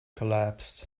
collapsed